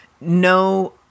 no